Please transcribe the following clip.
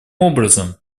образом